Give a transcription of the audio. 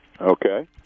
Okay